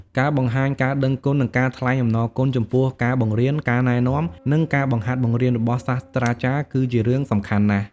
ការបង្ហាញការដឹងគុណ និងការថ្លែងអំណរគុណ ចំពោះការបង្រៀន ការណែនាំ និងការបង្ហាត់បង្រៀនរបស់សាស្រ្តាចារ្យ គឺជារឿងសំខាន់ណាស់។